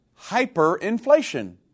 hyperinflation